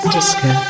Disco